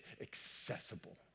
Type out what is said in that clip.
accessible